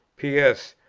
p s.